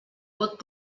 vot